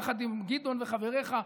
עם גדעון וחבריך,